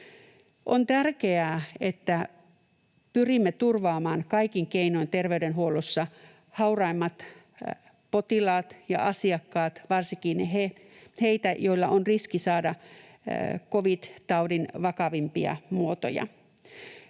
On tärkeää, että pyrimme turvaamaan kaikin keinoin terveydenhuollossa hauraimmat potilaat ja asiakkaat, varsinkin heidät, joilla on riski saada covid-taudin vakavimpia muotoja.